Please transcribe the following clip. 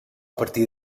partir